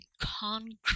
concrete